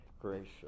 gracious